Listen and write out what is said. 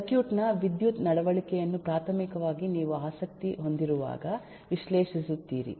circuit ನ ವಿದ್ಯುತ್ ನಡವಳಿಕೆಯನ್ನು ಪ್ರಾಥಮಿಕವಾಗಿ ನೀವು ಆಸಕ್ತಿ ಹೊಂದಿರುವಾಗ ವಿಶ್ಲೇಷಿಸುತ್ತೀರಿ